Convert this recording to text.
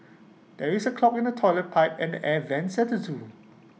there is A clog in the Toilet Pipe and air Vents at the Zoo